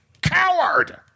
coward